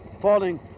falling